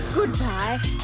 Goodbye